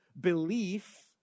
belief